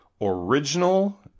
original